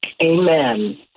Amen